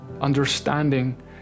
understanding